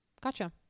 Gotcha